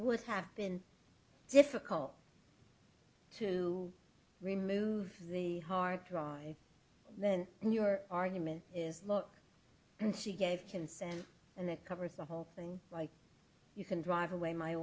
would have been difficult to remove the hard drive then your argument is look and she gave consent and that covers the whole thing like you can drive away my